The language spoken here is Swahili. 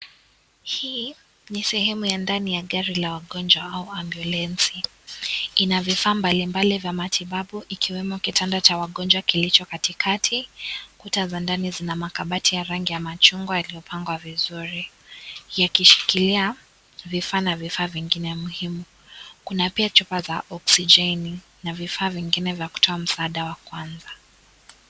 Hii ni sehemu ya ndani ya gari la wagonjwa au ambiulensi ina vifaa mbalimbali vya matibabu ikiwemo kitanda cha wagonjwa kilicho katikati kuta za ndani zina makabati ya rangi ya machungwa yaliyopangwa vizuri yakishikilia vifaa na vifaa vingine muhimu kuna pia chupa za oxijeni na vifaa vingine vya kutoa huduma ya kwanza.